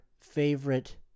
favorite